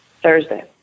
Thursday